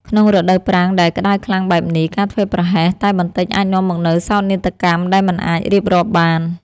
ក្នុងរដូវប្រាំងដែលក្តៅខ្លាំងបែបនេះ ការធ្វេសប្រហែសតែបន្តិចអាចនាំមកនូវសោកនាដកម្មដែលមិនអាចរៀបរាប់បាន។